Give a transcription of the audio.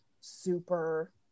super